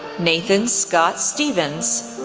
nathan scott stephens,